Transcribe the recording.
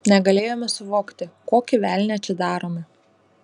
negalėjome suvokti kokį velnią čia darome